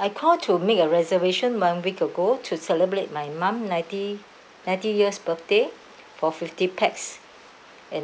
I called to make a reservation one week ago to celebrate my mom ninety ninety years birthday for fifty pax